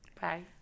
Bye